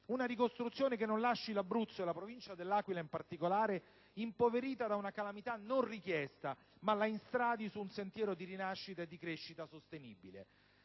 una ricostruzione che non lasci l'Abruzzo, e la provincia dell'Aquila in particolare, impoveriti da una calamità non richiesta, ma lo instradi su un sentiero di rinascita, verso una crescita sostenibile.